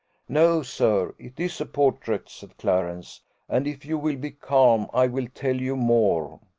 no, sir it is a portrait, said clarence and if you will be calm, i will tell you more.